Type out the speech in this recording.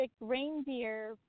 reindeer